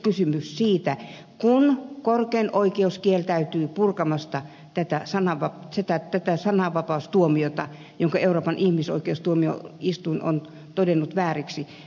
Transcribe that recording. kysymys on siitä että korkein oikeus kieltäytyy purkamasta tätä sananvapaustuomiota jonka euroopan ihmisoikeustuomioistuin on todennut vääräksi